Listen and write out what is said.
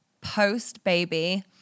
post-baby